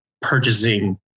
purchasing